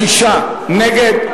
56 נגד,